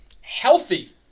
healthy